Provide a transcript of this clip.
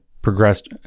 progressed